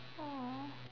!aww!